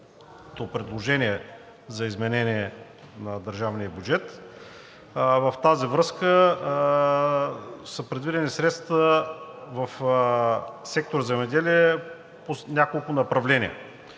предложение за изменение на държавния бюджет. В тази връзка са предвидени средства в сектори „Земеделие“ по няколко направления.